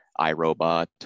iRobot